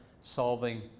solving